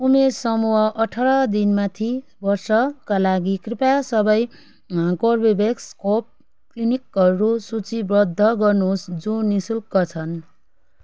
उमेर समूह आठारदेखि माथि वर्षका लागि कृपया सबै कर्बेभ्याक्स खोप क्लिनिकहरू सूचीबद्ध गर्नुहोस् जुन नि शुल्क छन्